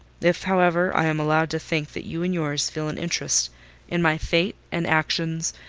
if, however, i am allowed to think that you and yours feel an interest in my fate and actions,